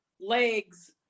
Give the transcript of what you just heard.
Legs